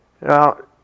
Now